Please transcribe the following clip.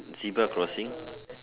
zebra crossing